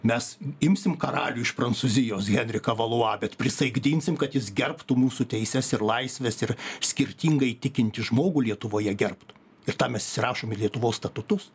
mes imsim karalių iš prancūzijos henriką valua bet prisaikdinsim kad jis gerbtų mūsų teises ir laisves ir skirtingai tikintį žmogų lietuvoje gerbtų ir tą mes įsirašom į lietuvos statutus